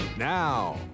Now